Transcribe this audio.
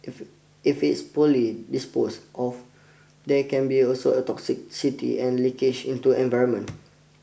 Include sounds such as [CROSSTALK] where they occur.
[NOISE] if it's poorly disposed of there can be also toxicity and leakage into the environment